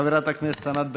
חברת הכנסת ענת ברקו.